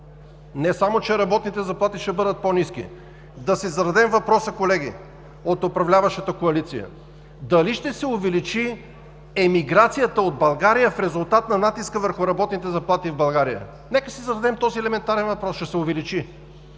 Не само че работните заплати ще бъдат по-ниски, да си зададем въпроса, колеги, от управляващата коалиция? Дали ще се увеличи емиграцията от България в резултат на натиска върху работните заплати в България? Нека да си зададем този елементарен въпрос – ще се увеличи.